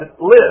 live